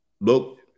Look